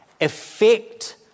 affect